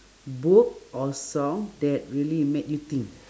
book or song that really made you think